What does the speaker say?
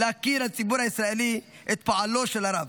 להכיר לציבור הישראלי את פועלו של הרב.